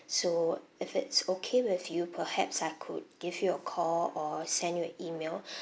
so if it's okay with you perhaps I could give you a call or send you an email